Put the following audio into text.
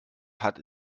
hat